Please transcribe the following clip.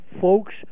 folks